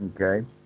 Okay